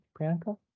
Priyanka